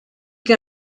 que